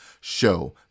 show